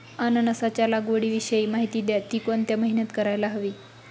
अननसाच्या लागवडीविषयी माहिती द्या, ति कोणत्या महिन्यात करायला हवी?